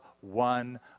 one